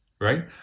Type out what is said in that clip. right